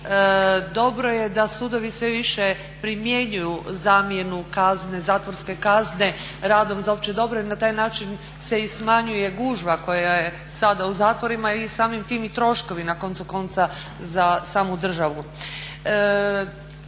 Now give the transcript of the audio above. dobro je da sudovi sve više primjenjuju zamjenu kazne, zatvorske kazne radom za opće dobro jer na taj način se i smanjuje gužva koja je sada u zatvorima i samim tim i troškovi na koncu konca za samu državu.